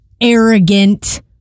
arrogant